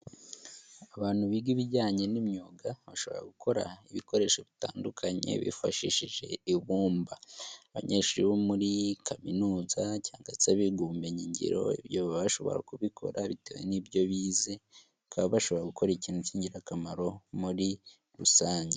Abantu biga ibijyanye n'imyuga bashobora gukora ibikoresho bitandukanye bifashishije ibumba. Abanyeshuri bo muri kaminuza cyangwa se biga ubumenyingiro ibyo bashobora kubikora bitewe n'ibyo bize. Bakaba bashobora gukora ikintu k'ingirakamaro muri rusange.